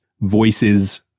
voices